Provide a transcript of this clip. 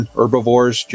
herbivores